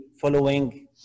following